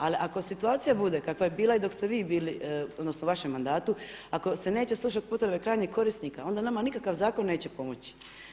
Ali ako situacija bude kakva je bila i dok ste bili, odnosno u vašem mandatu, ako se neće slušati putem krajnjeg korisnika onda nama nikakav zakon neće pomoći.